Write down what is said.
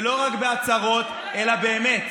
ולא רק בהצהרות, אלא באמת.